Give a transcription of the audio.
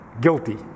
guilty